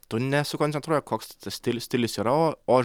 tu nesukoncentruoji koks tas stil stilius yra o